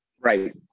Right